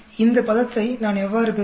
இந்த பதத்தை நான் எவ்வாறு பெறுவது